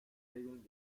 regeln